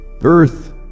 Earth